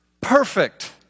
perfect